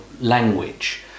language